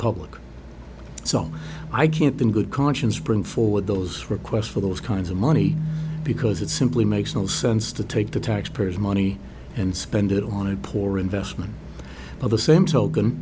public so i can't the good conscience bring forward those requests for those kinds of money because it simply makes no sense to take the taxpayers money and spend it on a poor investment by the same token